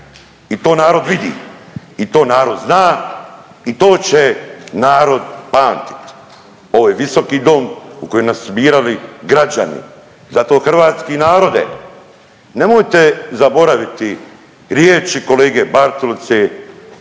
i to narod vidi i to narod zna i to će narod pamtit. Ovo je visoki dom u koji su nas birali građani. Zato hrvatski narode nemojte zaboraviti riječi kolege Bartulice,